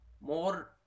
more